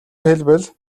хэлбэл